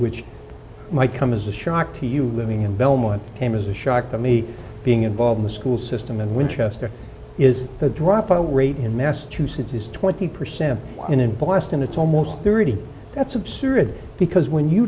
which might come as a shock to you living in belmont came as a shock to me being involved in the school system in winchester is the dropout rate in massachusetts is twenty percent and in boston it's almost thirty that's absurd because when you